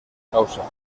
causa